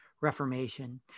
Reformation